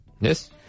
Yes